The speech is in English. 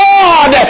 God